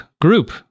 Group